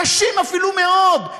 קשים אפילו מאוד,